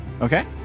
Okay